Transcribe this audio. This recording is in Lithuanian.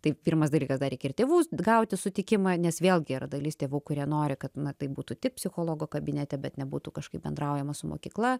tai pirmas dalykas dar reikia ir tėvų gauti sutikimą nes vėlgi yra dalis tėvų kurie nori kad na tai būtų tik psichologo kabinete bet nebūtų kažkaip bendraujama su mokykla